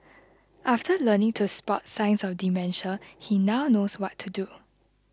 after learning to spot signs of dementia he now knows what to do